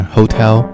Hotel